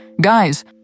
guys